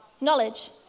Knowledge